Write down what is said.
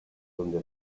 donde